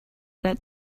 that